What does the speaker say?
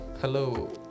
hello